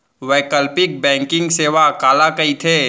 वैकल्पिक बैंकिंग सेवा काला कहिथे?